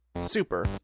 Super